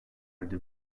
erdi